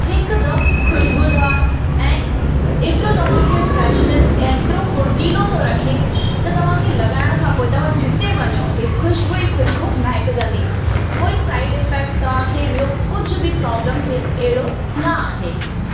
हिकदमि खुशबूदार ऐं एतिरो तव्हांखे फ़्रेशनेस ऐं एतिरो फ़ुर्तीलो थो रखे त तव्हांखे लॻाइण खां पोइ तव्हां जिते वञो उते खुशबू ई खुशबू महेकिजंदी कोई साईड इफेक्ट तव्हांखे ॿियो कुझु बि प्रॉब्लम थिए अहिड़ो न आहे